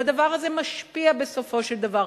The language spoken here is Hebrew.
והדבר הזה משפיע בסופו של דבר.